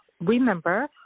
remember